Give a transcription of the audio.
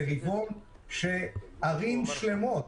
זה רבעון שערים שלמות,